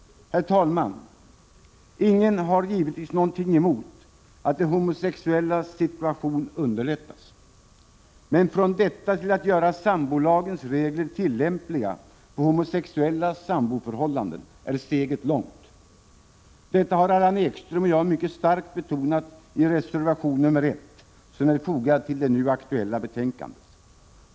Herr talman! Ingen har givetvis någonting emot att de homosexuellas situation underlättas. Men från detta till att göra sambolagens regler tillämpliga på homosexuella samboförhållanden är steget långt. Detta har Allan Ekström och jag mycket starkt betonat i reservation nr 1 till det nu aktuella betänkandet.